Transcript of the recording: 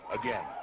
again